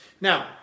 Now